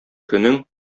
көнең